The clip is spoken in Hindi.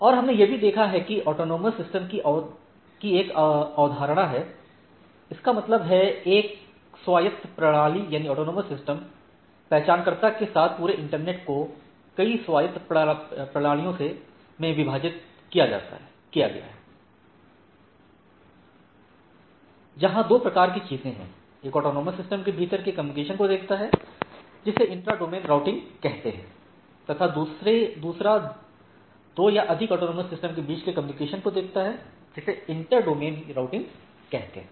और हमने यह भी देखा है कि ऑटॉनमस सिस्टम की एक अवधारणा है इसका मतलब है एक स्वायत्त प्रणाली ऑटॉनमस सिस्टम पहचान कर्ता के साथ पूरे इंटरनेट को कई स्वायत्त प्रणालियों में विभाजित किया गया है जहां 2 प्रकार की चीजें हैं एक ऑटॉनमस सिस्टम के भीतर के कम्युनिकेशन को देखता है जिसे इंट्रा डोमेन राउटिंग कहते हैं तथा दूसरा दो या अधिक ऑटॉनमस सिस्टमो के बीच के कम्युनिकेशन को देखता है जिसे इंटर डोमेन राउटिंग कहते हैं